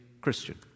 Christian